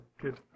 Good